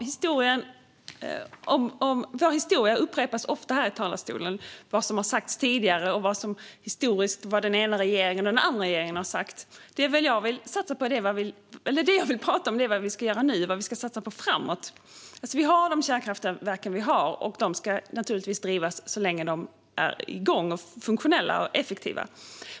Herr talman! Vår historia upprepas ofta här i talarstolarna. Det pratas om vad som har sagts tidigare och om vad den ena eller den andra regeringen har sagt. Det jag vill prata om är vad vi ska göra nu och vad vi ska satsa på framåt. Vi har de kärnkraftverk vi har, och de ska naturligtvis drivas så länge de är igång, funktionella och effektiva.